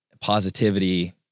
positivity